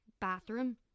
bathroom